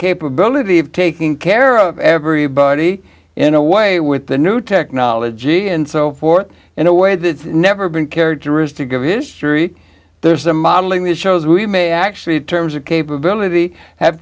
capability of taking care of every body in a way with the new technology and so forth in a way that's never been characteristic of history there's a modeling that shows we may actually terms of capability have